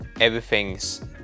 everything's